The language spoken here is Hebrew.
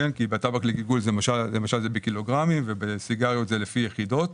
כי בטבק לגלגול למשל זה בקילוגרמים ובסיגריות זה לפי יחידות.